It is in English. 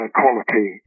quality